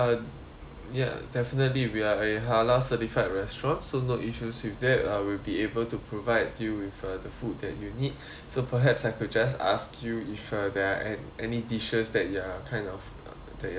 ya definitely we are a halal certified restaurants so no issues with that I will be able to provide you with uh the food that you need so perhaps I could just ask you if you are there uh any dishes that you are kind of that you are looking